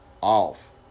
off